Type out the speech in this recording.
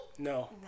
No